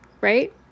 Right